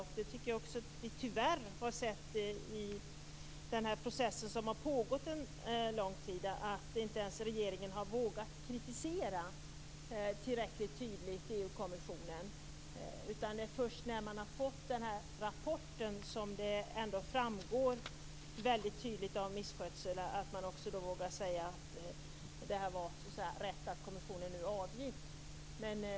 Det tycker jag också att vi tyvärr har sett i den här processen som har pågått en lång tid, att inte ens regeringen har vågat kritisera EU kommissionen tillräckligt tydligt. Det är först när man har fått den här rapporten, av vilken misskötseln framgår väldigt tydligt, som man också vågar säga att det var rätt att kommissionen nu avgick.